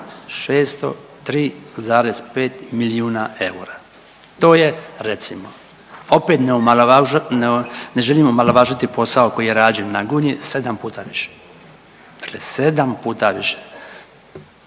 603,5 milijuna eura. To je recimo opet neomalovaž…, ne želim omalovažiti posao koji je rađen na Gunji, 7 puta više, dakle 7 puta više